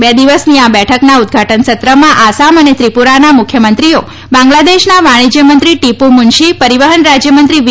બે દિવસની આ બેઠકના ઉદ્દઘાટન સત્રમાં આસામ અને ત્રિપુરાના મુખ્યમંત્રીઓ બાંગ્લાદેશના વાણિજ્યમંત્રી ટીપુ મુનશી પરિવહન રાજ્યમંત્રી વી